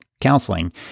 counseling